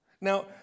Now